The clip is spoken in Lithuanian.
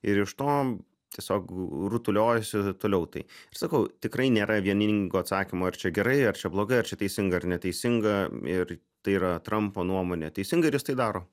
ir iš to tiesiog rutuliojosi toliau tai ir sakau tikrai nėra vieningo atsakymo ar čia gerai ar čia blogai ar čia teisinga ar neteisinga ir tai yra trampo nuomonė teisinga ir jis tai daro